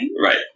Right